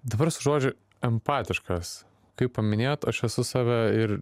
dabar su žodžiu empatiškas kaip paminėjot aš esu save ir